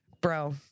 Bro